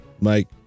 Mike